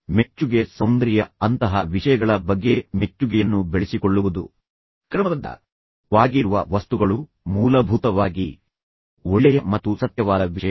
ಮೆಚ್ಚುಗೆಃ ಸೌಂದರ್ಯ ಅಂತಹ ವಿಷಯಗಳ ಬಗ್ಗೆ ಮೆಚ್ಚುಗೆಯನ್ನು ಬೆಳೆಸಿಕೊಳ್ಳುವುದು ಕ್ರಮಬದ್ಧವಾಗಿರುವ ವಸ್ತುಗಳು ಮೂಲಭೂತವಾಗಿ ಒಳ್ಳೆಯ ಮತ್ತು ಸತ್ಯವಾದ ವಿಷಯಗಳು